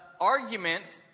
argument